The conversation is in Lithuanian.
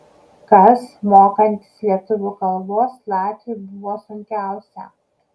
kas mokantis lietuvių kalbos latviui buvo sunkiausia